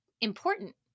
important